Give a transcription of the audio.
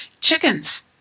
chickens